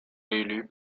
réélu